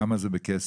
כמה זה בכסף?